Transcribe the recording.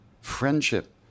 friendship